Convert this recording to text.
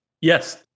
Yes